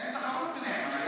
אין תחרות ביניהם.